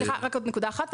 רק עוד נקודה אחת.